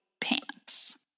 pants